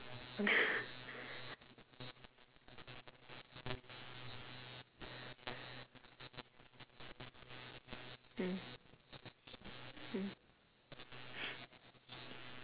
mm mm